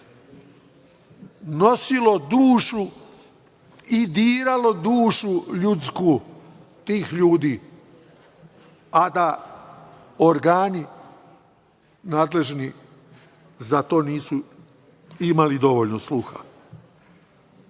nosilo dušu i diralo dušu ljudsku tih ljudi, a da organi nadležni za to nisu imali dovoljno sluha. Ja